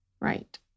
Right